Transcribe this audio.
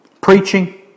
preaching